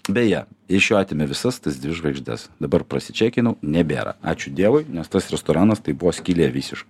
beje iš jo atėmė visas tas dvi žvaigždes dabar prasičekinau nebėra ačiū dievui nes tas restoranas tai buvo skylė visiška